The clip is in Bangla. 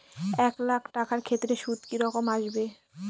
এক লাখ টাকার ক্ষেত্রে সুদ কি রকম আসবে?